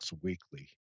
weekly